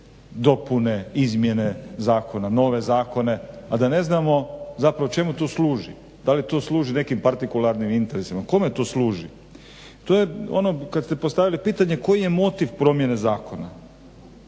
sve te dopune, izmjene zakona, nove zakone a da ne znamo čemu to služi. Da li to služi nekim partikularnim interesima? Kome to služi? To je ono kada ste postavili pitanje koji je motiv promjene zakona.